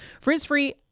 Frizz-free